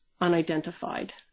unidentified